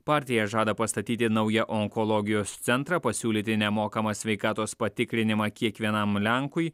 partija žada pastatyti naują onkologijos centrą pasiūlyti nemokamą sveikatos patikrinimą kiekvienam lenkui